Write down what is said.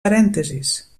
parèntesis